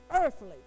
earthly